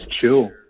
chill